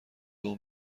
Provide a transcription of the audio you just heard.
اون